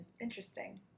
Interesting